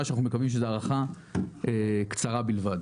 שאנחנו מבקשים שהיא הארכה קצרה בלבד.